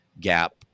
gap